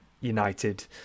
united